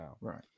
right